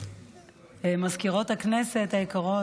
סגניות מזכיר הכנסת היקרות,